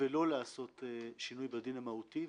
ולא לעשות שינוי בדין המהותי.